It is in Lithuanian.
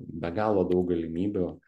be galo daug galimybių